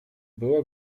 była